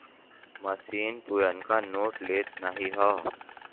मसीन पुरनका नोट लेत नाहीं हौ